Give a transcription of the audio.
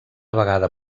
vegada